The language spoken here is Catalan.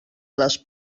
les